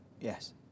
Yes